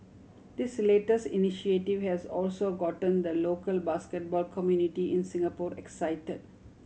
this latest initiative has also gotten the local basketball community in Singapore excited